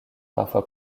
parfois